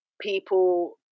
people